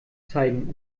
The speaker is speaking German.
zeigen